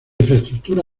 infraestructura